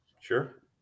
Sure